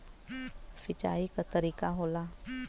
सिंचाई क तरीका होला